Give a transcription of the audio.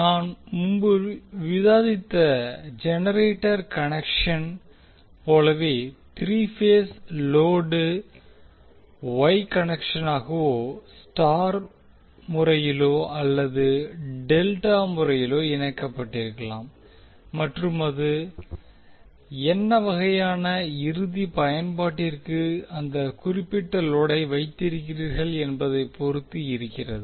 நாம் முன்பு விவாதித்த ஜெனெரேட்டர் கன்னெக்க்ஷன் போலவே த்ரீ பேஸ் லோடு வொய் கன்னெக்க்ஷனாகவோ ஸ்டார் முறையிலோ அல்லது டெல்டா முறையிலோ இணைக்கப்பட்டிருக்கலாம் மற்றும் அது என்னவகையான இறுதி பயன்பாட்டிற்கு அந்த குறிப்பிட்ட லோடை வைத்திருக்கிறீர்கள் என்பதை பொறுத்து இருக்கிறது